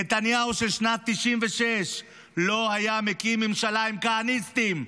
נתניהו של שנת 1996 לא היה מקים ממשלה עם כהניסטים,